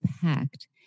packed